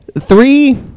three